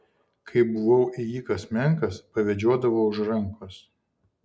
kai buvau ėjikas menkas pavedžiodavo už rankos